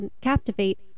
captivate